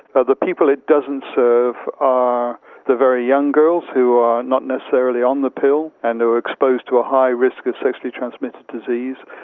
the people it doesn't serve are the very young girls who are not necessarily on the pill and are exposed to a high risk of sexually transmitted disease,